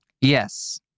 yes